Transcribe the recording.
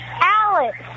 Alex